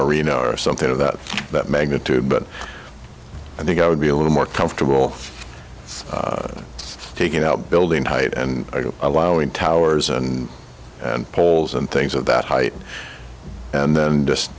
or reno or something of that that magnitude but i think i would be a little more comfortable taking out building height and allowing towers and and poles and things of that height and then just